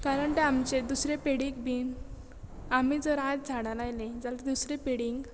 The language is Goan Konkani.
कारण ते आमचे दुसरे पिडीक बी आमी जर आयज झाडां लायलीं जाल्यार दुसरे पिडीक